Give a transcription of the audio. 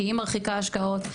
כי היא מרחיקה השקעות,